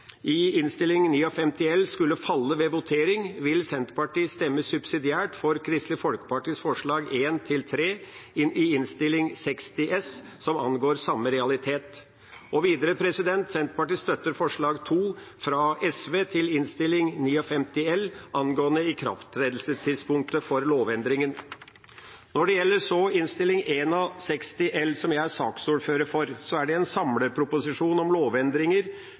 komiteens innstilling i Innst. 59 L skulle falle ved votering, vil Senterpartiet subsidiært stemme for Kristelig Folkepartis forslag nr. 1–3 til Innst. 60 S, som angår samme realitet. Og videre: Senterpartiet støtter forslag nr. 2, fra SV, til Innst. 59 L, angående ikrafttredelsestidspunktet for lovendringen. Når det så gjelder Innst. 61 L, som jeg er saksordfører for, er det en samleproposisjon om